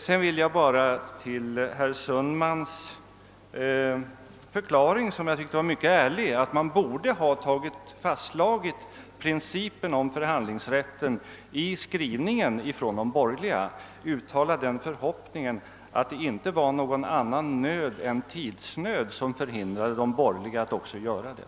Med anledning av herr Sundmans förklaring, som jag tycker var mycket ärlig, att de borgerliga borde ha i sin skrivning fastslagit principen om förhandlingsrätt, vill jag också uttrycka den förhoppningen att det inte var någon annan nöd än tidsnöd som förhindrade dem att göra det.